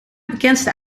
bekendste